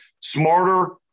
smarter